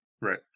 Right